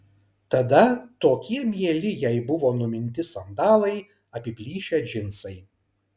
tada tokie mieli jai buvo numinti sandalai apiplyšę džinsai